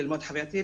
ללמוד חווייתי,